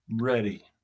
ready